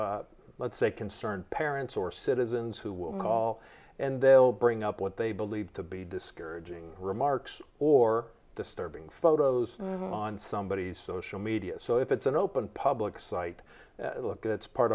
f let's say concerned parents or citizens who will call and they'll bring up what they believe to be discouraging remarks or disturbing photos on somebody's social media so if it's an open public site look it's part